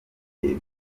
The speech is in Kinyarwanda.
gihe